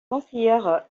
conseillère